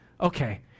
Okay